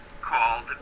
called